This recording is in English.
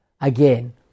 Again